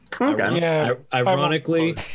Ironically